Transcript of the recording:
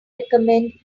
recommend